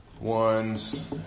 ones